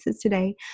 today